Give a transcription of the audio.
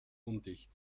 undicht